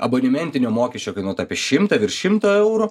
abonementinio mokesčio kainuotų apie šimtą virš šimto eurų